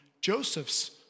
Joseph's